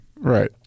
Right